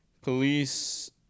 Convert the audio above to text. police